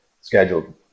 scheduled